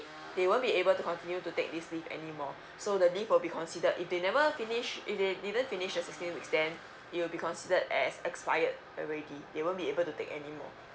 they won't be able to continue to take this leave anymore so the leave will be considered if they never finish if they didn't finish the leave extend it'll be considered as expired already they won't be able to take anymore